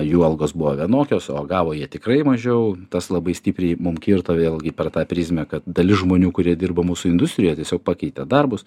jų algos buvo vienokios o gavo jie tikrai mažiau tas labai stipriai mum kirto vėlgi per tą prizmę kad dalis žmonių kurie dirba mūsų industrijoj tiesiog pakeitė darbus